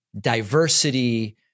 diversity